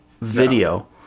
video